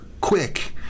quick